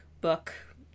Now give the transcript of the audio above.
book